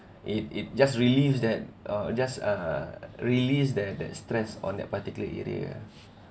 it it just relieves that uh just uh released their that stress on that particular area